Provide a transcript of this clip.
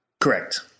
Correct